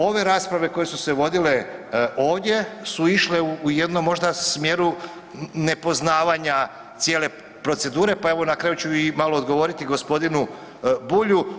Ove rasprave koje su se vodile ovdje su išle u jednom možda smjeru nepoznavanja cijele procedure pa evo na kraju ću malo odgovoriti g. Bulju.